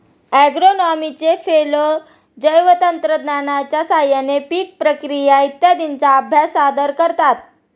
ॲग्रोनॉमीचे फेलो जैवतंत्रज्ञानाच्या साहाय्याने पीक प्रक्रिया इत्यादींचा अभ्यास सादर करतात